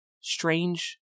strange